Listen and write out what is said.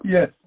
Yes